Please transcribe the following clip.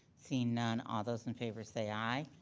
seeing none, all those in favor say aye.